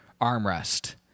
armrest